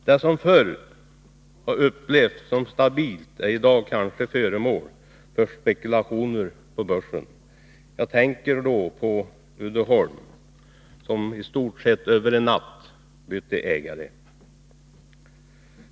Det som förr har upplevts som stabilt är i dag kanske föremål för spekulationer på börsen. Jag tänker då på Uddeholm, som i stort sett över en natt bytte ägare.